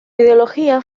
ideología